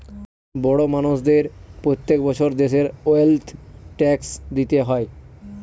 বড় মানষদের প্রত্যেক বছর দেশের ওয়েলথ ট্যাক্স দিতে হয়